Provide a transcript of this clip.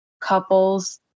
couples